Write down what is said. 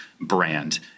brand